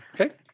Okay